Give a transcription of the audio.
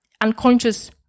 unconscious